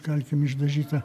kalkėm išdažyta